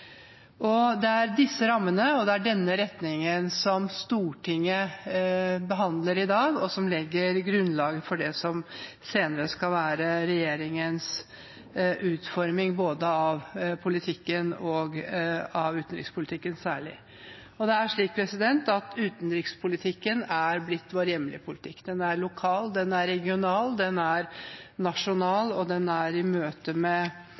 iverksette. Det er disse rammene og denne retningen Stortinget behandler i dag, og som legger grunnlaget for det som senere skal være regjeringens utforming av politikken, særlig av utenrikspolitikken. Utenrikspolitikken har blitt vår hjemlige politikk. Den er lokal, den er regional, den er nasjonal, og den er i møte med